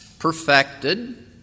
perfected